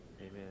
Amen